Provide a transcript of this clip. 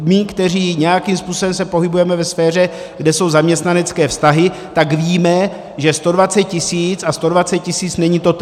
My, kteří se nějakým způsobem pohybujeme ve sféře, kde jsou zaměstnanecké vztahy, tak víme, že 120 tisíc a 120 tisíc není totéž.